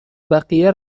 بقیه